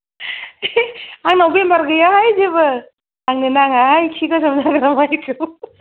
आंनाव बेमार गैयाहाय जेबो आंनो नांआहाय खि गोसोम जाग्रा माइखौ